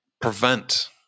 prevent